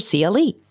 CLE